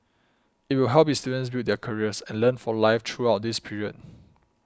it will help its students build their careers and learn for life throughout this period